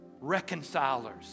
reconcilers